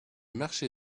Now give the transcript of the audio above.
marché